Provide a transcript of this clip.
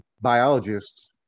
biologists